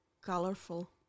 Colorful